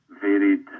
varied